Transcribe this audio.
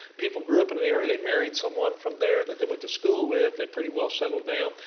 people grew up in an area, they married someone from there that they went to school with, they pretty well settled down.